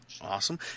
Awesome